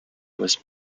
was